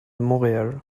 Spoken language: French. montréal